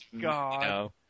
God